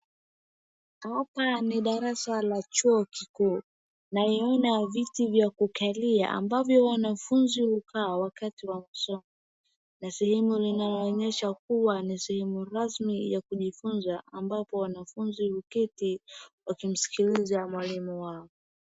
Na hapa ni darasa la chuo kikuu naiona viti vya kukalia ambavyo wanafunzi hukaa wakati wakusoma. Darasa hili linaonyesha kuwa ni sehemu rasmi ya kujifunza ambapo wanafunzi huketi wakimsikiliza mwalimu wao.